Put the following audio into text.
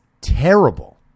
terrible